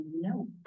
no